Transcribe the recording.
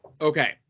Okay